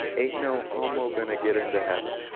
ain't no homo gonna get into heaven.